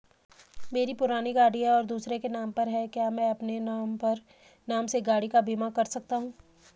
मेरी पुरानी गाड़ी है और दूसरे के नाम पर है क्या मैं अपने नाम से गाड़ी का बीमा कर सकता हूँ?